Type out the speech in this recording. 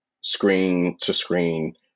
screen-to-screen